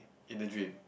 in the dream